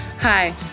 Hi